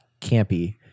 campy